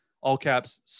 all-caps